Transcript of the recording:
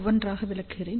ஒவ்வொன்றாக விளக்குகிறேன்